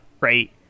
right